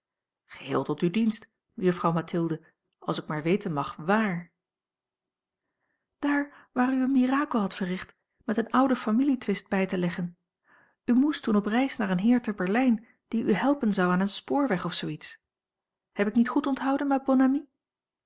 geheel tot uw dienst juffrouw mathilde als ik maar weten mag waar dààr waar u een mirakel hadt verricht met een ouden familietwist bij te leggen u moest toen op reis naar een heer te berlijn die u helpen zou aan een spoorweg of zoo iets heb ik niet goed onthouden ma bonne